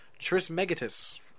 Trismegatus